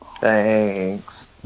Thanks